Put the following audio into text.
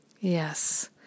Yes